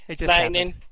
lightning